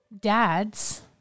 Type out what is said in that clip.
dads